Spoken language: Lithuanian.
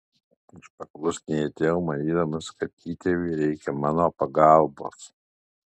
aš paklusniai atėjau manydamas kad įtėviui reikia mano pagalbos